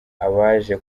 abaje